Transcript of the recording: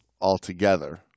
altogether